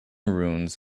ruins